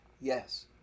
yes